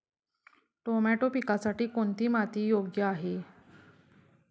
Tomato पिकासाठी कोणती माती योग्य आहे?